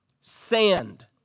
sand